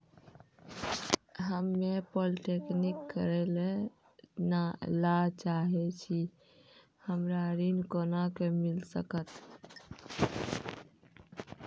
हम्मे पॉलीटेक्निक करे ला चाहे छी हमरा ऋण कोना के मिल सकत?